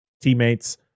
teammates